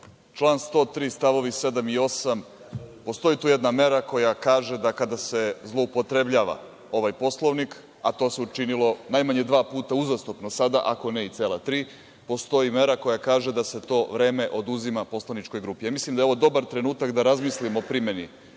član 103. stavovi 7. i 8. Postoji tu jedna mera koja kaže da kada se zloupotrebljava ovaj Poslovnik, a to se učinilo najmanje dva puta uzastopno sada, ako ne i cela tri, postoji mera koja kaže da se to vreme oduzima poslaničkog grupi. Ja mislim da je ovo dobar trenutak da razmislimo o primeni